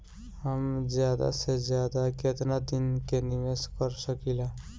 हम ज्यदा से ज्यदा केतना दिन के निवेश कर सकिला?